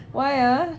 why ah